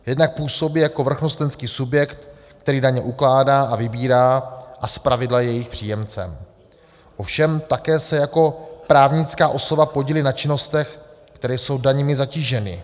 Jednak působí jako vrchnostenský subjekt, který daně ukládá a vybírá a zpravidla je jejich příjemcem, ovšem také se jako právnická osoba podílí na činnostech, které jsou daněmi zatíženy.